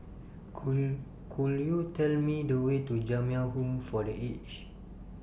Could Could YOU Tell Me The Way to Jamiyah Home For The Aged